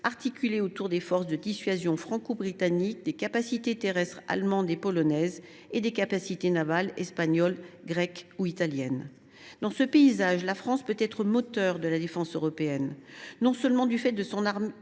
articulée autour des forces de dissuasion franco britanniques, des moyens terrestres allemands et polonais et des capacités navales espagnoles, grecques ou italiennes. Dans ce paysage, la France peut être le moteur de la défense européenne, du fait non seulement de son modèle